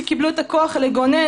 שקיבלו את הכוח לגונן